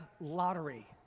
lottery